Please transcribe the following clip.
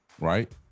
right